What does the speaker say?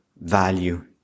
value